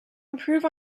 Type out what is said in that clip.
improve